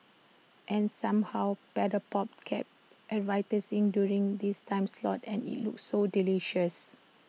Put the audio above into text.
and somehow Paddle pop kept advertising during this time slot and IT looked so delicious